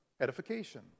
edification